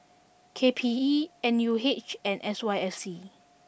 K P E N U H and S Y F C